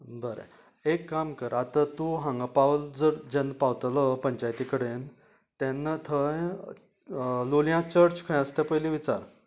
बरें एक काम कर आता तूं हांगा पावन जर जेन्ना पावतलो पंचायती कडेन तेन्ना थंय लोलयां चर्च खंय आसा ते पयलीं विचार